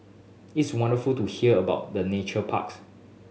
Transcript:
it's wonderful to hear about the nature parks